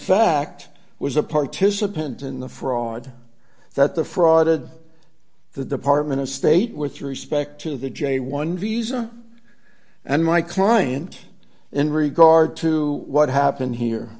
fact was a participant in the fraud that the fraud of the department of state with respect to the j one visa and my client in regard to what happened here